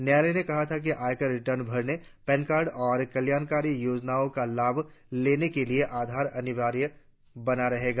न्यायालय ने कहा था कि आयकर रिटर्न भरने पैन कार्ड और कल्याणकारी योजनाओं का लाभ लेने के लिए आधार अनिवार्य बना रहेगा